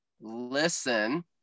listen